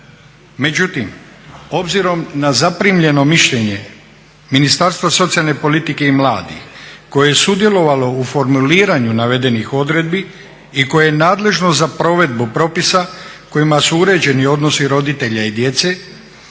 Međutim, obzirom na zaprimljeno mišljenje Ministarstva socijalne politike i mladih koje je sudjelovalo u formuliranju navedenih odredbe i koje je nadležno za provedbu propisa kojima su uređeni odnosi roditelja i djece,